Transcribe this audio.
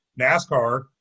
NASCAR